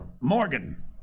Morgan